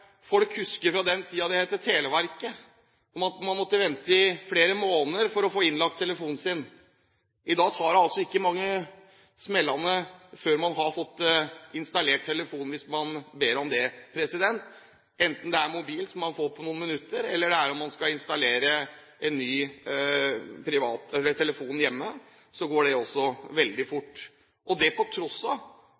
folk husker fra den tiden det het Televerket, og man måtte vente i flere måneder for å få innlagt telefon. I dag tar det altså ikke mange «smellane» før man har fått installert telefon, hvis man ber om det, enten det er mobil, som man får på noen minutter, eller man skal installere en ny telefon hjemme, som også går veldig fort. Også den gangen var det stor bekymring for